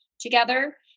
together